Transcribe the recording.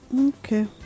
Okay